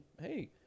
hey